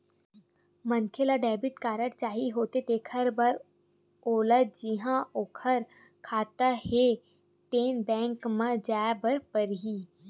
मनखे ल debit card चाही होथे तेखर बर ओला जिहां ओखर खाता हे तेन बेंक म जाए बर परही